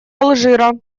алжира